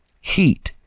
heat